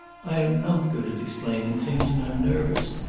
i am not good at explaining things, and i'm nervous.